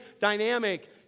dynamic